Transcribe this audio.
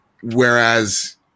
Whereas